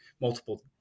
multiple